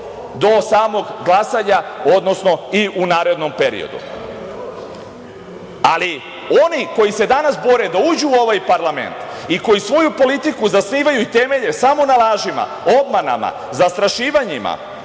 do samog glasanja, odnosno i u narednom periodu. Oni koji se danas bore da uđu u ovaj parlament i koji svoju politiku zasnivaju i temelje samo na lažima, obmanama, zastrašivanjima,